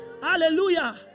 hallelujah